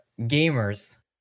gamers